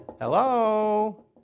hello